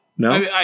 No